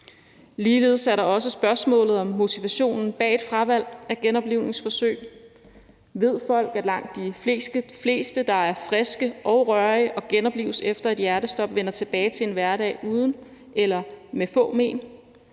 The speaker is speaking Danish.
Ligeledes er der også spørgsmålet om motivationen bag et fravalg af genoplivningsforsøg. Ved folk, at langt de fleste, der er friske og rørige og genoplives efter et hjertestop, vender tilbage til en hverdag uden eller med få men?